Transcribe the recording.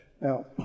Now